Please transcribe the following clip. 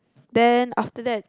then after that